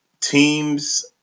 Teams